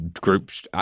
groups